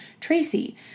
Tracy